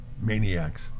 maniacs